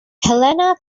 helena